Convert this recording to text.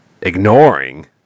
ignoring